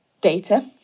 data